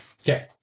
okay